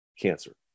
cancer